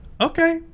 Okay